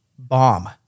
Bomb